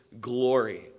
glory